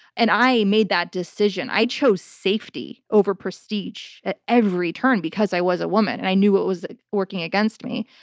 and i made that decision. i chose safety over prestige at every turn because i was a woman and i knew what was working against me.